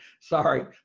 sorry